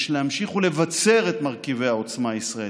יש להמשיך ולבצר את מרכיבי העוצמה הישראלית.